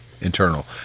internal